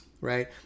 right